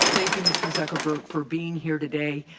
thank you mr. zuckerberg for being here today